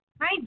Hi